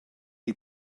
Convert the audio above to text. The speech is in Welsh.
chi